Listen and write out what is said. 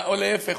או להפך,